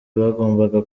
bagombaga